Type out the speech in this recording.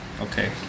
Okay